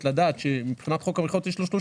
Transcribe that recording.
לדעת שמבחינת חוק המכרות יש לו 30 שנה,